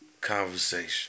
conversation